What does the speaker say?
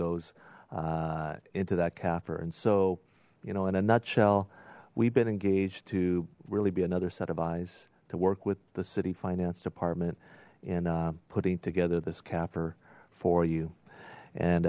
goes into that capper and so you know in a nutshell we've been engaged to really be another set of eyes to work with the city finance department in putting together this capper for you